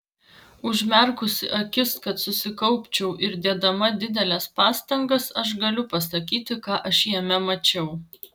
užmerkusi akis kad susikaupčiau ir dėdama dideles pastangas aš galiu pasakyti ką aš jame mačiau